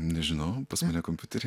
nežinau pas mane kompiutery